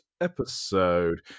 episode